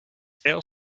stale